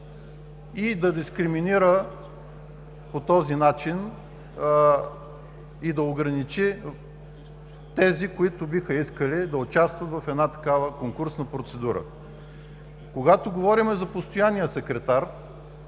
да дискриминира и ограничи тези, които биха искали да участват в такава конкурсна процедура. Когато говорим за постоянния секретар,